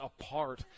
apart